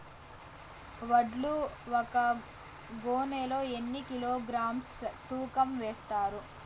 వడ్లు ఒక గోనె లో ఎన్ని కిలోగ్రామ్స్ తూకం వేస్తారు?